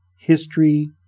history